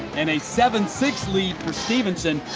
and a seven six lead for stephenson.